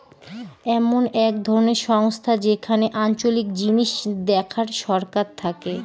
এমন এক ধরনের সংস্থা যেখানে আঞ্চলিক জিনিস দেখার সরকার থাকে